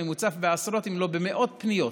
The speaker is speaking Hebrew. אני מוצף בעשרות אם לא במאות פניות